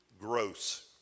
Gross